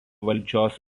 valdžios